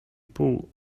pół